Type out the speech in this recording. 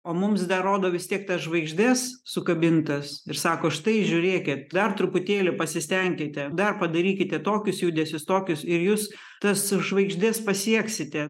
o mums dar rodo vis tiek tas žvaigždes sukabintas ir sako štai žiūrėkit dar truputėlį pasistenkite dar padarykite tokius judesius tokius ir jūs tas žvaigždes pasieksite